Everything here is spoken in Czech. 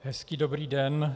Hezký dobrý den.